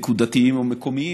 נקודתיים או מקומיים.